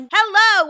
Hello